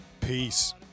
Peace